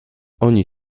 oni